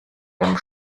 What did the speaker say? dem